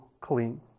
clean